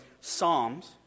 Psalms